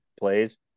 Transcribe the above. plays